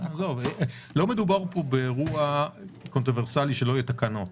לא מדובר פה באירוע קונטרוברסלי, שלא יהיו תקנות.